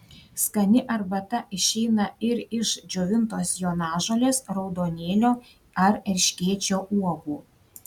skani arbata išeina ir iš džiovintos jonažolės raudonėlio ar erškėčio uogų